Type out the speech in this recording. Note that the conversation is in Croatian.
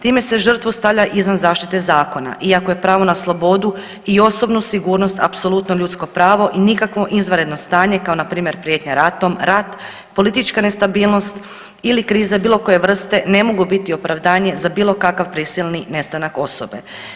Time se žrtvu stavlja izvan zaštite zakona iako je pravo na slobodu i osobnu sigurnost apsolutno ljudsko pravo i nikakvo izvanredno stanje kao npr. prijetnja ratom, rat, politička nestabilnost ili krize bilo koje vrste ne mogu biti opravdanje za bilo kakav prisilni nestanak osobe.